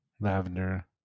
lavender